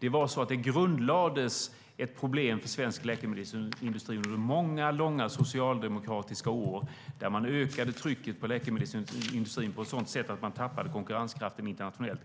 Det grundlades ett problem för svensk läkemedelsindustri under många, långa socialdemokratiska år där trycket på läkemedelsindustrin ökades på ett sådant sätt att den tappade konkurrenskraften internationellt.